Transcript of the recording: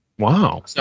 Wow